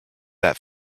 that